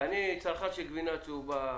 ואני צרכן גדול של גבינה צהובה,